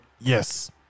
yes